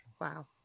Wow